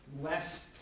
less